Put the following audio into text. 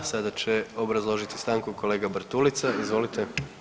Sada će obrazložiti stanku kolega Bartulica, izvolite.